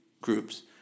groups